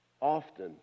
often